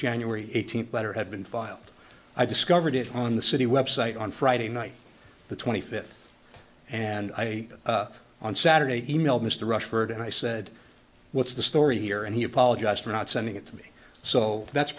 january eighteenth letter had been filed i discovered it on the city website on friday night the twenty fifth and i on saturday emailed mr rushford and i said what's the story here and he apologized for not sending it to me so that's